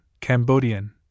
Cambodian